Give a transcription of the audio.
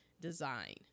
design